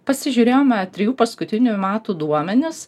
pasižiūrėjome trijų paskutinių metų duomenis